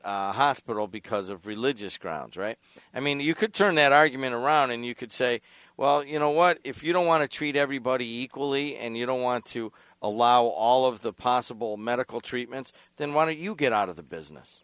that hospital because of religious grounds right i mean you could turn that argument around and you could say well you know what if you don't want to treat everybody equally and you don't want to allow all of the possible medical treatments then want to you get out of the business